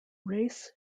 race